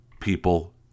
people